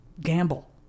gamble